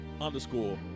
underscore